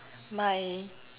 my